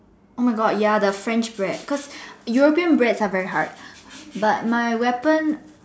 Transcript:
oh my God ya the French bread cause European breads are very hard but my weapon